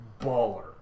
baller